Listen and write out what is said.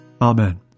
Amen